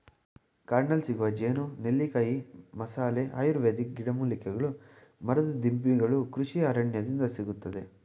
ಕಾಡಿನಲ್ಲಿಸಿಗುವ ಜೇನು, ನೆಲ್ಲಿಕಾಯಿ, ಮಸಾಲೆ, ಆಯುರ್ವೇದಿಕ್ ಗಿಡಮೂಲಿಕೆಗಳು ಮರದ ದಿಮ್ಮಿಗಳು ಕೃಷಿ ಅರಣ್ಯದಿಂದ ಸಿಗುತ್ತದೆ